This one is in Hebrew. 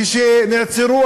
כשנעצרו,